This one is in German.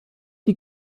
die